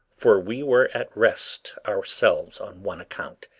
for we were at rest ourselves on one account,